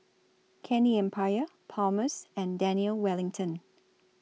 Candy Empire Palmer's and Daniel Wellington